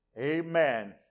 Amen